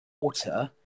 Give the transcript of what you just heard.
water